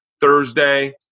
Thursday